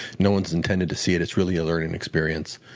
no one's intended to see it it's really a learning experience.